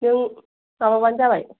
नों माबाबानो जाबाय